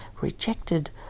rejected